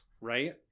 right